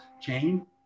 chain